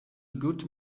good